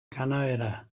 kanabera